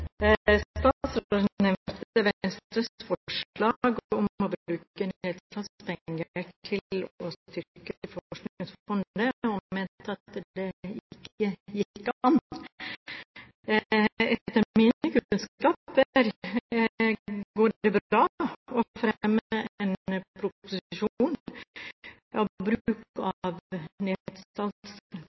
nevnte Venstres forslag om å bruke nedsalgspenger til å styrke Forskningsfondet, og han mente at det ikke gikk an. Etter mine kunnskaper går det bra å fremme en proposisjon om bruk av